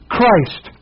Christ